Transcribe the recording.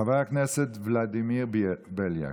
חבר הכנסת ולדימיר בליאק.